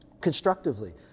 constructively